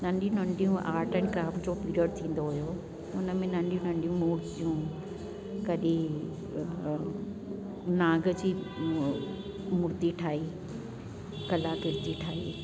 नंढियूं नंढियूं art and craft जो पीरिअड थींदो हुओ उनमें नंढियूं नंढियूं मुर्तियूं कॾहिं नाग जी मुर्ति ठाही कलाकिर्ति ठाही